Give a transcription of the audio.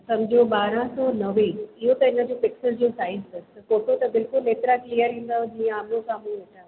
सम्झो ॿारहं सौ नवे इहो त हिनजो पिक्सल जो साइज़ अथस फ़ोटो त बिल्कुलु एतिरा क्लियर ईंदव जीअं आम्हूं साम्हूं वेठा आहियो